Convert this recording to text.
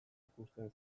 ikusten